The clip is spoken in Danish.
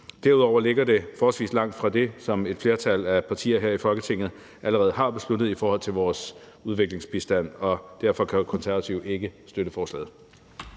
Derudover ligger det forholdsvis langt fra det, som et flertal af partier her i Folketinget allerede har besluttet i forhold til vores udviklingsbistand. Derfor kan Konservative ikke støtte forslaget.